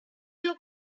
your